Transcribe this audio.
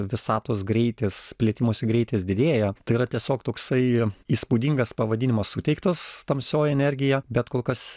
visatos greitis plėtimosi greitis didėja tai yra tiesiog toksai įspūdingas pavadinimas suteiktas tamsioji energija bet kol kas